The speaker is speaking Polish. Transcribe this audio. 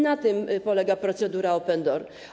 Na tym polega procedura open door.